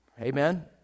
Amen